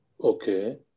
Okay